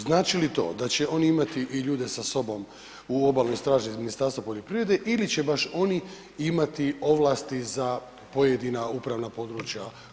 Znači li to da će oni imati i ljude sa sobom u obalnoj straži iz Ministarstva poljoprivrede ili će baš oni imati ovlasti za pojedina upravna područja